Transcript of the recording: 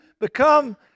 become